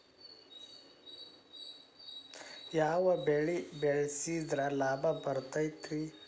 ಯಾವ ಬೆಳಿ ಬೆಳ್ಸಿದ್ರ ಲಾಭ ಬರತೇತಿ?